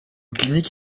clinique